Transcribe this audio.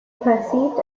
perceived